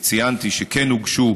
ציינתי שכן הוגשו